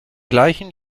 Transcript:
gleichen